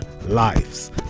lives